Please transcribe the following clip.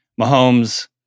Mahomes